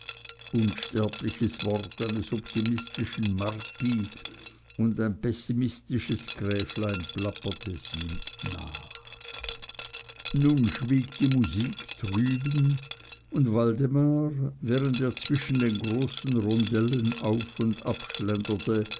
unsterbliches wort eines optimistischen marquis und ein pessimistisches gräflein plappert es ihm nach nun schwieg die musik drüben und waldemar während er zwischen den großen rondelen auf und ab